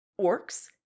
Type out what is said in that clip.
orcs